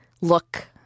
look